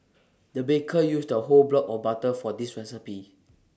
the baker used A whole block of butter for this recipe